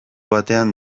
batean